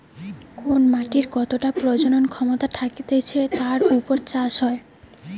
কোন মাটির কতটা প্রজনন ক্ষমতা থাকতিছে যার উপর চাষ হয়